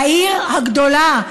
העיר הגדולה,